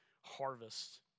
harvest